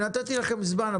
אני נתתי לכם זמן.